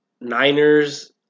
niners